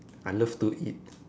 I love to eat